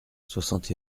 soixante